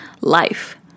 life